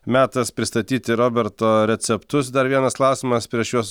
metas pristatyti roberto receptus dar vienas klausimas prieš juos